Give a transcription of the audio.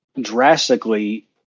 drastically